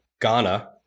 ghana